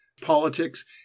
politics